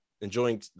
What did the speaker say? Enjoying